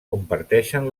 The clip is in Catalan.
comparteixen